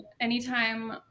anytime